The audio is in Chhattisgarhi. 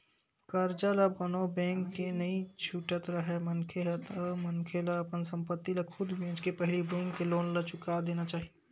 करजा ल कोनो बेंक के नइ छुटत राहय मनखे ह ता मनखे ला अपन संपत्ति ल खुद बेंचके के पहिली बेंक के लोन ला चुका देना चाही